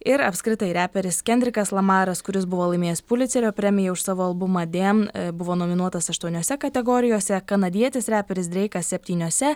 ir apskritai reperis kendrikas lamaras kuris buvo laimėjęs pulicerio premiją už savo albumą dėmn buvo nominuotas aštuoniose kategorijose kanadietis reperis dreikas septyniose